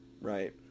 Right